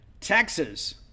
texas